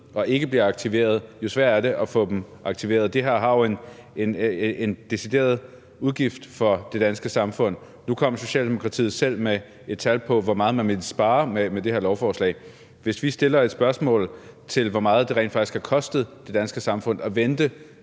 uden at blive aktiveret, jo sværere er det at få dem aktiveret? Det her er jo en decideret udgift for det danske samfund. Nu kom Socialdemokratiet selv med et tal på, hvor meget man ville spare med det lovforslag. Hvis vi stiller et spørgsmål til, hvor meget det rent faktisk har kostet det danske samfund at vente,